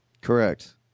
correct